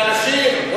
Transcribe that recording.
מהאנשים?